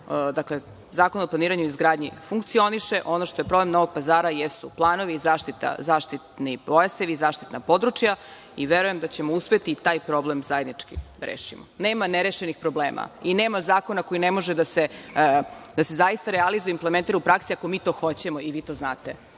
znači, Zakon o planiranju i izgradnji funkcioniše. Ono što je problem Novog Pazara jesu planovi, zaštitni pojasevi, zaštitna područja i verujem da ćemo uspeti i taj problem zajednički da rešimo. Nema nerešivih problema i nema zakona koji ne može da se zaista realizuje i implementira u praksi, ako mi to hoćemo i vi to znate.